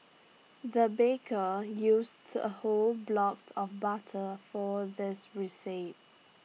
the baker used A whole blocked of butter for this recipe